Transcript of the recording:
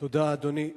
תודה, אדוני.